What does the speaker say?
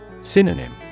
Synonym